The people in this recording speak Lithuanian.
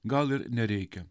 gal ir nereikia